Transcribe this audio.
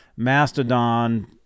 mastodon